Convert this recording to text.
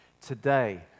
today